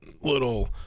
little